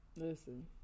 Listen